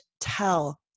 tell